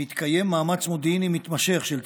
מתקיים מאמץ מודיעיני מתמשך של צה"ל,